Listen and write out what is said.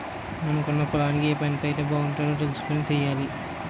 మనకున్న పొలానికి ఏ పంటైతే బాగుంటదో తెలుసుకొని సెయ్యాలి